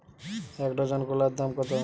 এক ডজন কলার দাম কত?